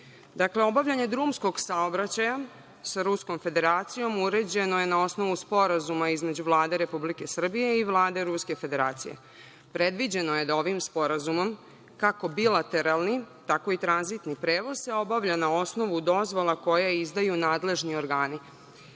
vreme. Dakle, obavljanje drumskog saobraćaja sa Ruskom Federacijom uređeno je na osnovu Sporazuma između Vlade Republike Srbije i Vlade Ruske Federacije. Predviđeno je da ovim sporazumom, kako bilateralni tako i tranzitni prevoz, se obavlja na osnovu dozvola koje izdaju nadležni organi.